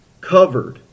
covered